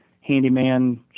handyman